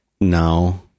No